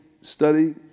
study